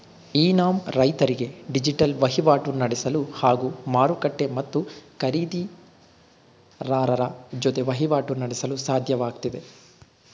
E NAM ರೈತರಿಗೆ digital ವಹಿವಾಟು ನಡೆಸಲು ಹಾಗೂ ಮಾರುಕಟ್ಟೆ ಮತ್ತು ಖರೀದಿರಾರರ ಜೊತೆ ವಹಿವಾಟು ನಡೆಸಲು ಸಾಧ್ಯವಾಗ್ತಿದೆ